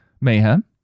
mayhem